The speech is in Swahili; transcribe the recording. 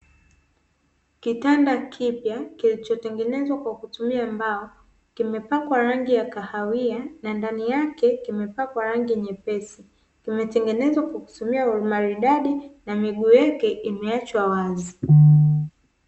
Kitanda kipya kilichotengenezwa kwa kutumia mbao, kimepakwa rangi ya kahawia na ndani yake kimepakwa rangi nyepesi, kimetengenezwa kwa kutumia umaridadi na miguu yake imeachwa wazi.